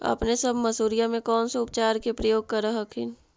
अपने सब मसुरिया मे कौन से उपचार के प्रयोग कर हखिन?